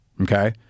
Okay